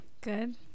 good